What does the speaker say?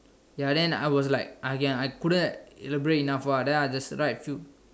ya then I was like I can't I couldn't elaborate enough ah then I just write a few